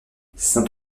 saint